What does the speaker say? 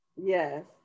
Yes